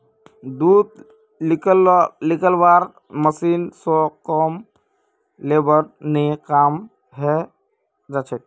दूध निकलौव्वार मशीन स कम लेबर ने काम हैं जाछेक